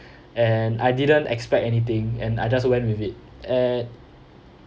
and I didn't expect anything and I just went with it at